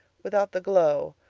without the glow,